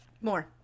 more